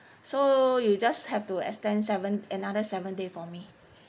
so you just have to extend seven another seven day for me